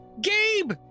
Gabe